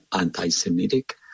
anti-Semitic